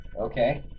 okay